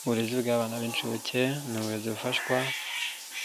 Uburezi bw'abana b'inshuke ni uburezi bufashwa